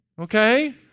Okay